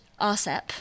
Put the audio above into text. RCEP